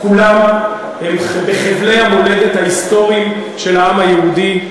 כולם חבלי המולדת ההיסטורית של העם היהודי,